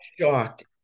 shocked